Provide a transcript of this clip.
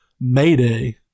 Mayday